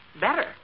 Better